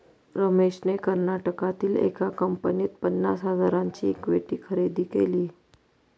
रमेशने कर्नाटकातील एका कंपनीत पन्नास हजारांची इक्विटी खरेदी केली